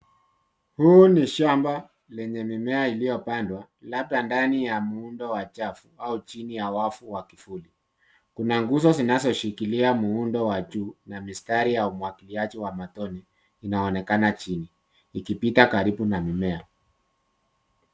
Huu ni shamba lenye mimea iliyopandwa labda ndani ya muundo wa chafu au chini ya wavu wa kivuli. Kuna nguzo zinazoshikilia muundo wa juu na mistari ya umwagiliaji wa matone inaonekana chini ikipita karibu na mimea.